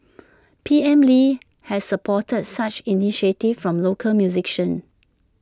P M lee has supported such initiatives from local musicians